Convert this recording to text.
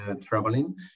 traveling